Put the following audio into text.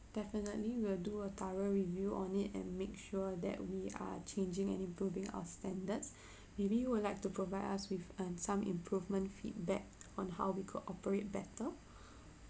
definitely we'll do a thorough review on it and make sure that we are changing and improving our standards maybe you would like to provide us with um some improvement feedback on how we cooperate better